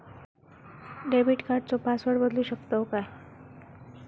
Debit कार्डचो password बदलु शकतव काय?